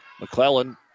McClellan